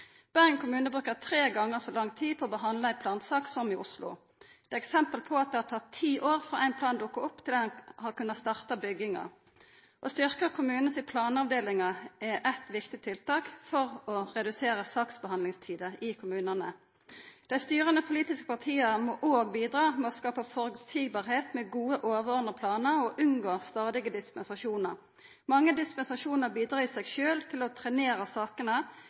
Bergen brukar tre gonger så lang tid på å behandla ei plansak som Oslo. Det er eksempel på at det har tatt ti år frå ein plan dukkar opp til ein har kunne starta bygginga. Å styrka kommunanes planavdelingar er eitt viktig tiltak for å redusera saksbehandlingstida i kommunane. Dei styrande politiske partia må òg bidra med å vera føreseielege med gode overordna planar og unngå stadige dispensasjonar. Mange dispensasjonar bidreg i seg sjølve til å trenera sakene,